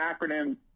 acronyms